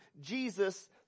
Jesus